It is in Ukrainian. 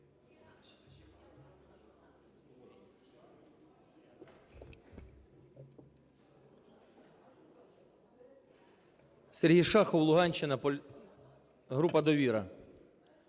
Сергій Шахов, Луганщина, група "Довіра".